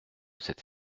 cette